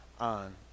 on